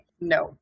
no